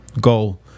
goal